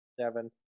seven